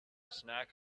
snack